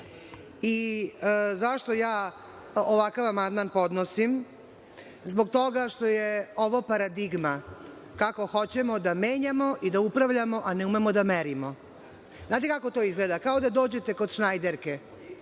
ja podnosim ovakav amandman? Zbog toga što je ova paradigma kako hoćemo da menjamo i da upravljamo, a ne umemo da merimo. Znate kako to izgleda? Kao da dođete kod šnajderke